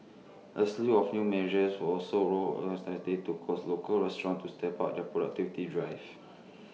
A slew of new measures were also rolled yesterday to coax local restaurants to step up their productivity drive